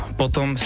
potom